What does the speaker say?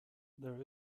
there